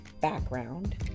background